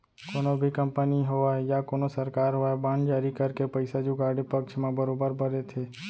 कोनो भी कंपनी होवय या कोनो सरकार होवय बांड जारी करके पइसा जुगाड़े पक्छ म बरोबर बरे थे